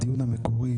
הדיון המקורי,